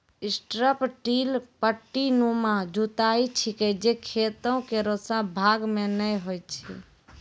strip till पट्टीनुमा जुताई छिकै जे खेतो केरो सब भाग म नै होय छै